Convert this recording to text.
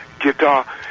guitar